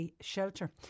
shelter